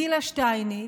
גילה שטייניץ,